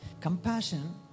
Compassion